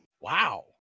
Wow